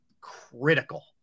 critical